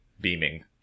beaming